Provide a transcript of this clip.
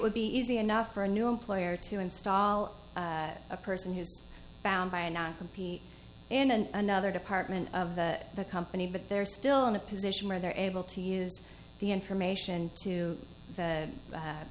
would be easy enough for a new employer to install a person who's not compete and another department of the company but they're still in a position where they're able to use the information to the